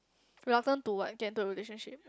we often to what get into relationship